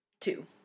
Two